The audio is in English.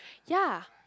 ya